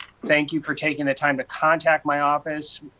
thank you for taking the time to contact my office.